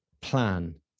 plan